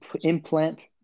implant